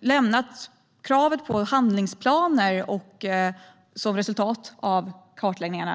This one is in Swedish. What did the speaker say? lämnat kravet på handlingsplaner som ett resultat av kartläggningarna.